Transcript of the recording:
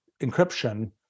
encryption